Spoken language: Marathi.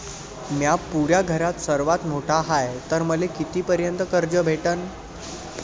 म्या पुऱ्या घरात सर्वांत मोठा हाय तर मले किती पर्यंत कर्ज भेटन?